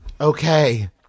Okay